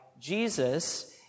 Jesus